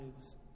lives